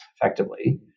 effectively